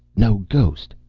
no ghost!